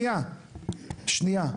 כבודו,